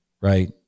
right